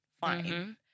fine